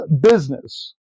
business